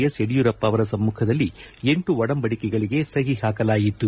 S Yediyurappa ಅವರ ಸಮ್ಮಖದಲ್ಲಿ ಎಂಟು ಒಡಂಬಡಿಕೆಗಳಿಗೆ ಸಹಿ ಹಾಕಲಾಯಿತು